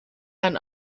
einen